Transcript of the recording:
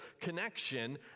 connection